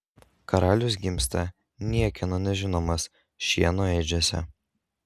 karalius gimsta niekieno nežinomas šieno ėdžiose